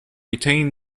retained